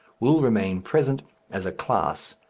will remain present as a class,